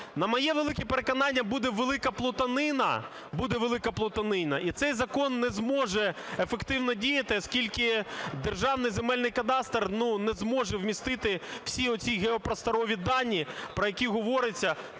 На моє велике переконання, буде велика плутанина, і цей закон не зможе ефективно діяти, оскільки Державний земельний кадастр, ну, не зможе вмістити всі оці геопросторові дані, про які говориться,